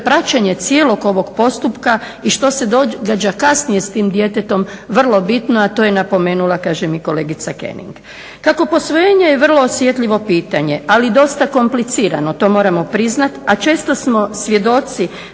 praćenje cijelog ovog postupka i što se događa kasnije s tim djetetom vrlo bitno, a to je napomenula i kolegica König. Kako je posvojenje vrlo osjetljivo pitanje, ali i dosta komplicirano, to moramo priznat, a često smo svjedoci